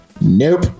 nope